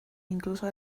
incluso